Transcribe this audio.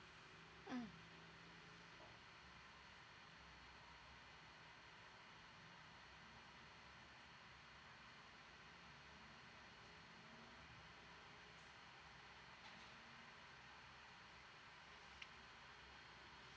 mm